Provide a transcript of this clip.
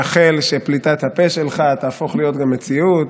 אני מאחל שפליטת הפה שלך תהפוך להיות גם מציאות.